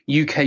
UK